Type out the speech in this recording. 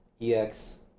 Ex